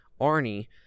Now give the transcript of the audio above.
arnie